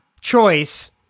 choice